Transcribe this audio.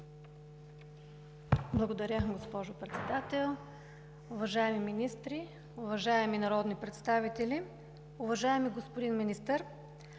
Благодаря, госпожо Председател. Уважаеми министри, уважаеми народни представители! Уважаеми господин Министър,